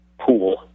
pool